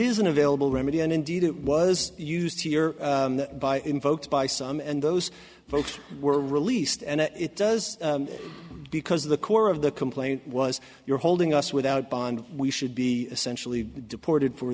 isn't available remedy and indeed it was used by invoked by some and those folks were released and it does because the core of the complaint was you're holding us without bond we should be essentially deported for